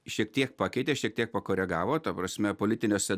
šiek tiek pakeitė šiek tiek pakoregavo ta prasme politiniuose